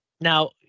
now